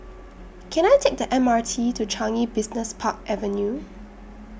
Can I Take The M R T to Changi Business Park Avenue